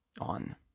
on